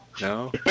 No